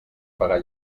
pagar